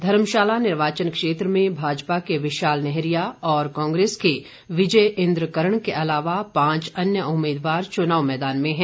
धर्मशाला निर्वाचन क्षेत्र में भाजपा के विशाल नेहरिया और कांग्रेस के विजय इंद्र कर्ण के अलावा पांच अन्य उम्मीदवार चुनाव मैदान में हैं